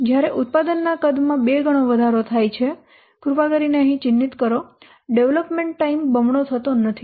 જ્યારે ઉત્પાદનના કદમાં 2 ગણો વધારો થાય છે કૃપા કરીને અહીં ચિહ્નિત કરો ડેવલપમેન્ટ ટાઈમ બમણો થતો નથી